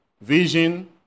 Vision